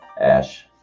Ash